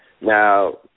Now